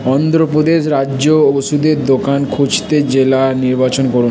অন্ধ্র প্রদেশ রাজ্য ওষুধের দোকান খুঁজতে জেলা নির্বাচন করুন